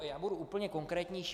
Já budu úplně konkrétnější.